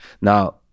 Now